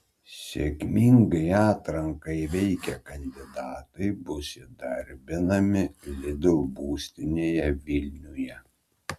sėkmingai atranką įveikę kandidatai bus įdarbinami lidl būstinėje vilniuje